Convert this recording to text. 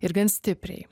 ir gan stipriai